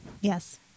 Yes